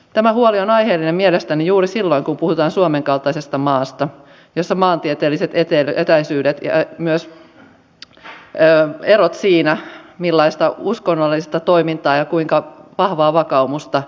tämä huoli on aiheellinen mielestäni juuri silloin kun puhutaan suomen kaltaisesta maasta jossa on suuret maantieteelliset etäisyydet ja myös erot siinä millaista uskonnollista toimintaa ja kuinka vahvaa vakaumusta alueella on